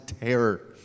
terror